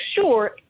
sure